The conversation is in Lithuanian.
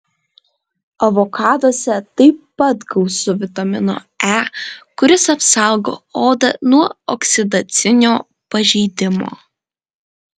avokaduose taip pat gausu vitamino e kuris apsaugo odą nuo oksidacinio pažeidimo